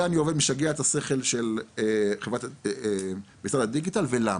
לגבי זה אני משגע את משרד הדיגיטל ולמה?